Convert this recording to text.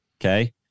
okay